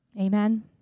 Amen